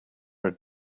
are